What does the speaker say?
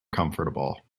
comfortable